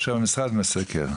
או שהמשרד מסקר?